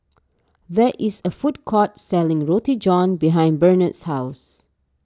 there is a food court selling Roti John behind Barnard's house